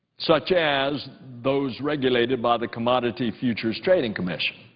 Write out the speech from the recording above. such as those regulated by the commodity futures trading commission.